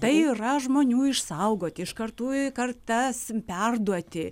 tai yra žmonių išsaugoti iš kartų į kartas perduoti